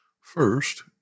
First